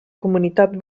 comunitat